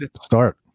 start